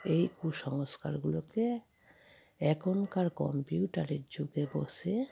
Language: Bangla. এই কুসংস্কারগুলোকে এখনকার কম্পিউটারের যুগে বসে